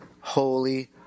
holy